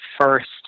first